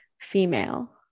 female